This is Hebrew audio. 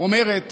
אומרת